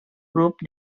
grup